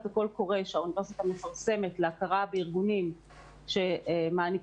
הקול קורא שהאוניברסיטה מפרסמת להכרה בארגונים שמעניקים